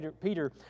Peter